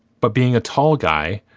but being a tall guy,